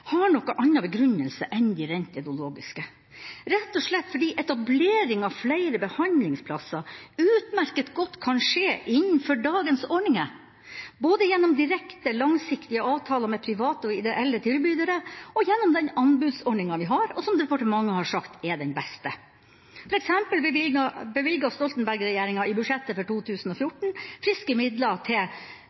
har noen annen begrunnelse enn de rent ideologiske, rett og slett fordi etablering av flere behandlingsplasser utmerket godt kan skje innenfor dagens ordninger, både gjennom direkte, langsiktige avtaler med private og ideelle tilbydere og gjennom den anbudsordninga vi har – og som departementet har sagt er den beste. For eksempel bevilget Stoltenberg-regjeringa i budsjettet for 2014 friske midler til